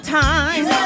time